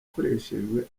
yakoreshejwe